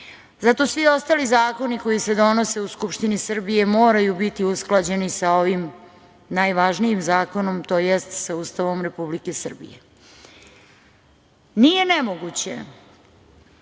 Zato svi ostali zakoni koji se donose u Skupštini Srbije moraju biti usklađeni sa ovim najvažnijim zakonom, to jest sa Ustavom Republike Srbije. Nije nemoguće